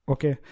Okay